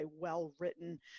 well-written